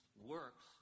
works